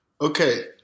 Okay